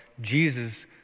Jesus